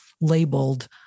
labeled